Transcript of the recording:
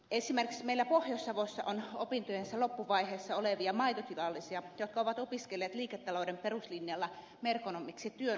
esimerkiksi meillä pohjois savossa on opintojensa loppuvaiheessa olevia maitotilallisia jotka ovat opiskelleet liiketalouden peruslinjalla merkonomiksi työn ohessa